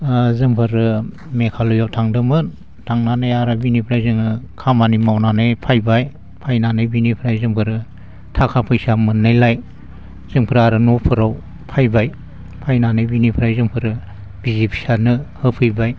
ओ जोंफोरो मेघालयाव थांदोंमोन थांनानै आरो बिनिफ्राय जोङो खामानि मावनानै फायबाय फायनानै बिनिफ्राय जोंफोरो थाखा फैसा मोननायलाय जोंफ्रा आरो न'फोराव फायबाय फैनानै बिनिफ्राय जोंफोरो बिसि फिसानो होफैबाय